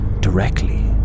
directly